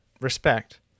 respect